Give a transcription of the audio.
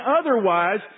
otherwise